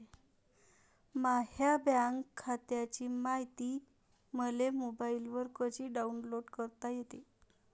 माह्या बँक खात्याची मायती मले मोबाईलवर कसी डाऊनलोड करता येते?